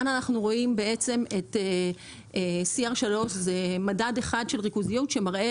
CR3). CR3 זה מדד אחד של ריכוזיות שמראה